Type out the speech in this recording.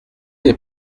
les